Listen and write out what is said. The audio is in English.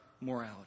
morality